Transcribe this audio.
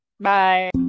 bye